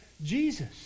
Jesus